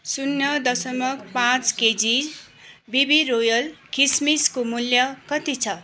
शून्य दशमलव पाँच केजी बिबी रोयल किसमिसको मूल्य कति छ